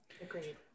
Agreed